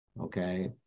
okay